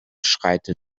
schreitet